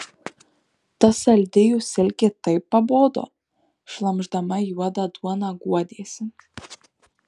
ta saldi jų silkė taip pabodo šlamšdama juodą duoną guodėsi